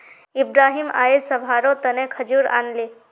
इब्राहिम अयेज सभारो तने खजूर आनले